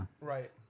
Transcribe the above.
Right